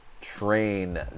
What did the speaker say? train